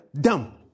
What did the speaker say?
dumb